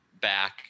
back